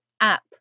app